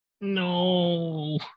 no